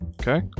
Okay